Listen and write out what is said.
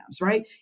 right